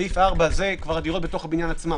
סעיף 4 זה כבר הדירות בתוך הבניין עצמו.